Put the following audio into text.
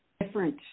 different